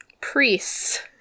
Priests